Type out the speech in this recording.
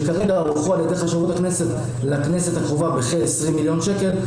שכרגע הוערכו על ידי חשבות הכנסת לכנסת הקרובה בכ-20 מיליון שקל.